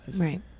Right